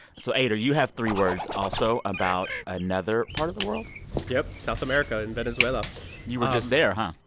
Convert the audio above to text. so eyder, you have three words also about another part of the world yep, south america and venezuela you were just there, huh?